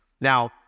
Now